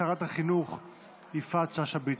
שרת החינוך יפעת שאשא ביטון.